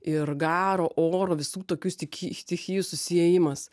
ir garo oro visų tokių stichijų susiėjimas